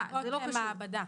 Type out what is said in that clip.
לא, לבדיקות מעבדה.